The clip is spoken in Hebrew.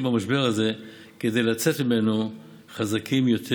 במשבר הזה כדי לצאת ממנו חזקים יותר